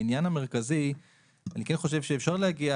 העניין המרכזי הוא שאני כן חושב שאפשר להגיע